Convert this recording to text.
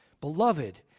Beloved